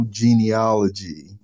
genealogy